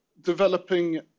developing